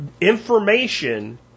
information